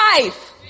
life